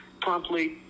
promptly